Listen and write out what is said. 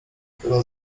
chyba